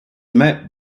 met